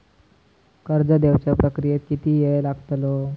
कर्ज देवच्या प्रक्रियेत किती येळ लागतलो?